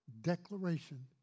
declaration